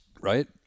Right